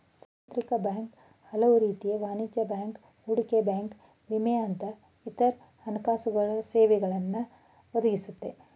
ಸಾರ್ವತ್ರಿಕ ಬ್ಯಾಂಕ್ ಹಲವುರೀತಿಯ ವಾಣಿಜ್ಯ ಬ್ಯಾಂಕ್, ಹೂಡಿಕೆ ಬ್ಯಾಂಕ್ ವಿಮೆಯಂತಹ ಇತ್ರ ಹಣಕಾಸುಸೇವೆಗಳನ್ನ ಒದಗಿಸುತ್ತೆ